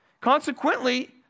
Consequently